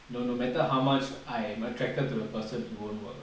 no no matter how much I'm attracted to the person it won't work ah